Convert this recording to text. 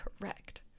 correct